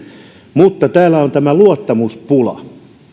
mutta täällä on tämä luottamuspula